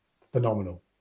phenomenal